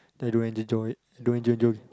then I don't enjoy it don't enjoy